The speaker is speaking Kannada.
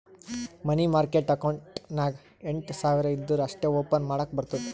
ಮನಿ ಮಾರ್ಕೆಟ್ ಅಕೌಂಟ್ ನಾಗ್ ಎಂಟ್ ಸಾವಿರ್ ಇದ್ದೂರ ಅಷ್ಟೇ ಓಪನ್ ಮಾಡಕ್ ಬರ್ತುದ